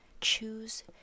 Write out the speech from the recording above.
Choose